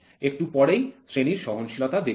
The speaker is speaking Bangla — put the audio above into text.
একটু পরেই শ্রেণীর সহনশীলতা দেখব